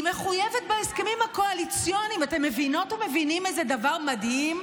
היא מחויבת בהסכמים הקואליציוניים אתם מבינות ומבינים איזה דבר מדהים?